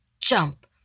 jump